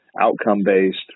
outcome-based